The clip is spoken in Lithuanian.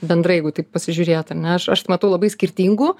bendrai jeigu taip pasižiūrėt ar ne aš aš matau labai skirtingų